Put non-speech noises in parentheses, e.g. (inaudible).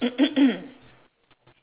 (coughs)